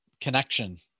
connection